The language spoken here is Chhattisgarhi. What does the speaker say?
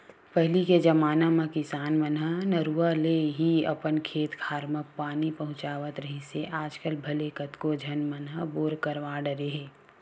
पहिली के जमाना म किसान मन ह नरूवा ले ही अपन खेत खार म पानी पहुँचावत रिहिस हे आजकल भले कतको झन मन ह बोर करवा डरे हे